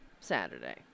Saturday